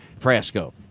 Frasco